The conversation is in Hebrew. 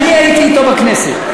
אני הייתי אתו בכנסת.